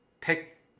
pick